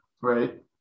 right